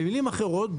במילים אחרות,